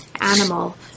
animal